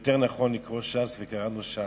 ויותר נכון לקרוא ש"ס, וקראנו ש"ס.